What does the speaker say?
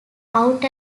out